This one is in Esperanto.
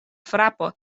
frapo